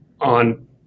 on